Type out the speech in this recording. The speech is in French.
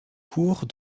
cours